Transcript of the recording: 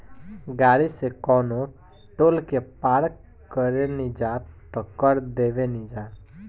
गाड़ी से कवनो टोल के पार करेनिजा त कर देबेनिजा